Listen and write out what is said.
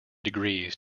degrees